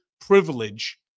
privilege